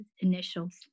initials